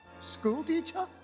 schoolteacher